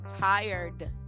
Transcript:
tired